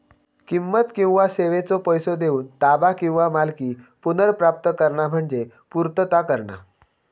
किंमत किंवा सेवेचो पैसो देऊन ताबा किंवा मालकी पुनर्प्राप्त करणा म्हणजे पूर्तता करणा